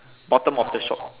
bottom of the shop